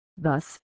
Thus